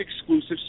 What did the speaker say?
exclusive